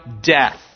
death